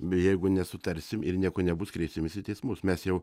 be jeigu nesutarsim ir nieko nebus kreipsimės į teismus mes jau